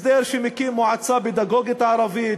הסדר שמקים מועצה פדגוגית ערבית,